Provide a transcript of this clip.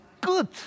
good